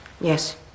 Yes